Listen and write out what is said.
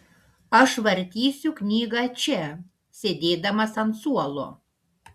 aš vartysiu knygą čia sėdėdamas ant suolo